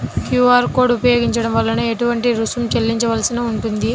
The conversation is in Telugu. క్యూ.అర్ కోడ్ ఉపయోగించటం వలన ఏటువంటి రుసుం చెల్లించవలసి ఉంటుంది?